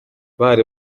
bahari